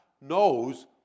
knows